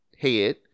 head